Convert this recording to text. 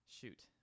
Shoot